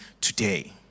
today